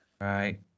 Right